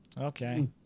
Okay